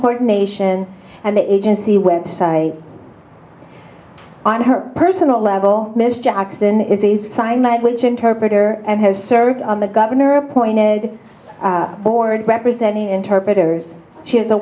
coordination and the agency website on her personal level ms jackson is a sign language interpreter and has served on the governor appointed board representing interpreters she has a